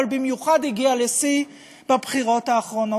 אבל במיוחד הגיע לשיא בבחירות האחרונות.